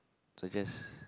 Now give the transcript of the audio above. suggest